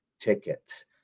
tickets